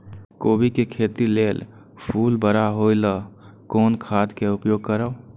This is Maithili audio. कोबी के खेती लेल फुल बड़ा होय ल कोन खाद के उपयोग करब?